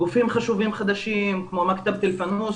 גופים חשובים חדשים כמו ספריית אלפאנוס,